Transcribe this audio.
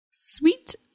Sweet